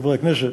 חברי הכנסת,